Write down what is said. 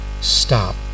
stop